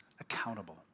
accountable